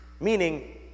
meaning